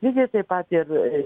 lygiai taip pat ir